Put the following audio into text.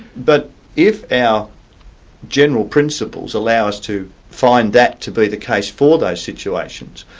but if our general principles allow us to find that to be the case for those situations,